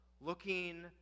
looking